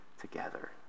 together